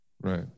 Right